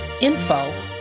info